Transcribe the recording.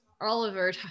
Oliver